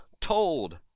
told